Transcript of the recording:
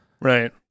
Right